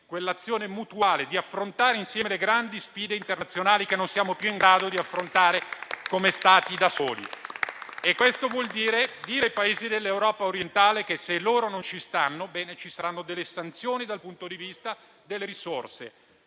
dello stare insieme, di affrontare insieme le grandi sfide internazionali che non siamo più in grado di affrontare, come Stati, da soli. Questo significa dire ai Paesi dell'Europa orientale che se non ci stanno, ci saranno delle sanzioni dal punto di vista delle risorse.